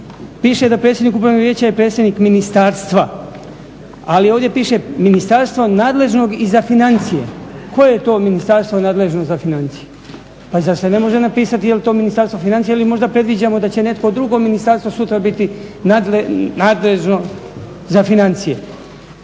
piše da predsjednik upravnog vijeća je predstavnik ministarstva, ali ovdje piše ministarstva nadležnog i za financije. Koje je to ministarstvo nadležno za financije? Pa zar se ne može napisati je li to Ministarstvo financija ili možda predviđamo da će neko drugo ministarstvo sutra biti nadležno za financije?